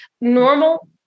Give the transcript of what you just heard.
normal